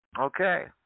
Okay